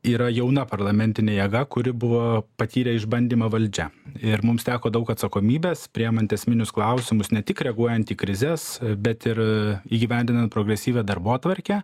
yra jauna parlamentinė jėga kuri buvo patyrė išbandymą valdžia ir mums teko daug atsakomybės priimant esminius klausimus ne tik reaguojant į krizes bet ir įgyvendinant progresyvią darbotvarkę